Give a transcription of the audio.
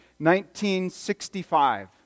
1965